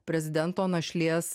prezidento našlės